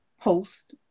post